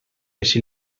essi